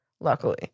luckily